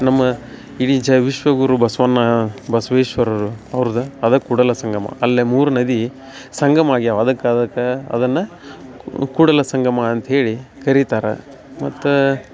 ನಮ್ಮ ಇಡೀ ಜ ವಿಶ್ವಗುರು ಬಸ್ವಣ್ಣ ಬಸವೇಶ್ವರರು ಅವ್ರ್ದು ಅದ ಕೂಡಲಸಂಗಮ ಅಲ್ಲಿ ಮೂರು ನದಿ ಸಂಗಮ ಆಗ್ಯಾವ ಅದಕ್ಕೆ ಅದಕ್ಕೆ ಅದನ್ನು ಕೂಡಲಸಂಗಮ ಅಂತ ಹೇಳಿ ಕರಿತಾರೆ ಮತ್ತು